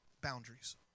boundaries